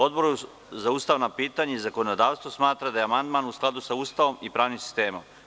Odbor za ustavna pitanja i zakonodavstvo smatra da je amandman u skladu sa Ustavom i pravnim sistemom.